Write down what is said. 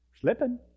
Slipping